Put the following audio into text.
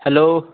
hello